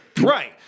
Right